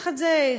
תחת זה,